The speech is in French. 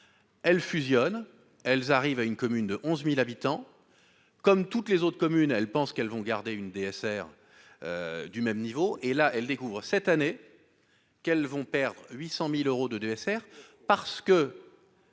elles fusionnent, elles arrivent à une commune de 11000 habitants, comme toutes les autres communes, elle pense qu'elles vont garder une DSR du même niveau et là elles découvrent cette année qu'vont perdre 800000 euros de DSR parce que.